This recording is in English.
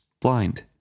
blind